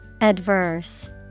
Adverse